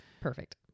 Perfect